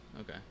Okay